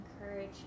encourage